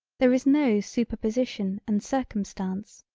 there is no superposition and circumstance,